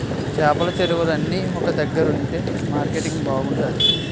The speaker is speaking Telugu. చేపల చెరువులన్నీ ఒక దగ్గరుంతె మార్కెటింగ్ బాగుంతాది